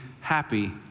happy